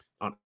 on